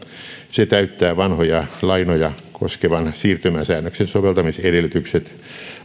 se täyttää vanhoja lainoja koskevan siirtymäsäännöksen soveltamisedellytykset